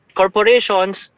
corporations